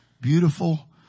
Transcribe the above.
beautiful